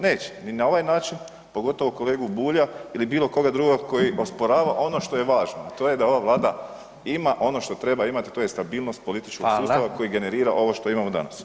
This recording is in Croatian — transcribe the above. Neće, ni na ovaj način, pogotovo kolegu Bulja ili bilo koga drugoga koji osporava ono što je važno, a to je da ova Vlada ima ono što treba imati, a to je stabilnost političkog sustava koji generira ovo što imamo danas.